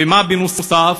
ומה בנוסף?